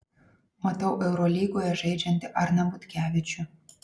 matau eurolygoje žaidžiantį arną butkevičių